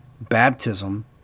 baptism